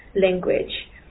language